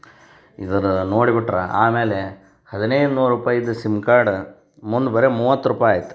ಇದರ ನೋಡ್ಬಿಟ್ರೆ ಆಮೇಲೆ ಹದಿನೈದು ನೂರು ರೂಪಾಯ್ದ್ ಸಿಮ್ ಕಾರ್ಡ್ ಮುಂದೆ ಬರೀ ಮೂವತ್ತು ರೂಪಾಯ್ ಆಯ್ತು